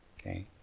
Okay